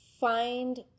find